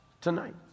tonight